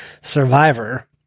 Survivor